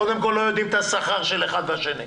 קודם כל, לא יודעים האחד לא יודע מה השכר של השני.